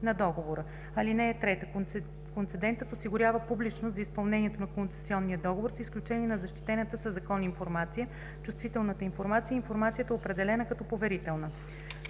договора. (3) Концедентът осигурява публичност за изпълнението на концесионния договор с изключение на защитената със закон информация, чувствителната информация и информацията, определена като поверителна.“